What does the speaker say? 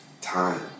time